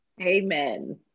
Amen